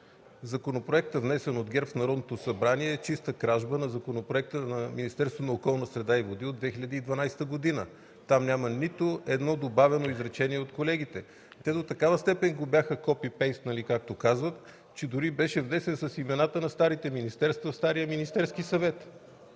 Законопроектът, внесен от ГЕРБ в Народното събрание, е чиста кражба на законопроекта на Министерството на околната среда и водите от 2012 г. Там няма нито едно добавено изречение от колегите. Те до такава степен го бяха копи-пейстнали, както казват, че дори беше внесен с имената на старите министерства и стария Министерски съвет.